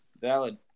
valid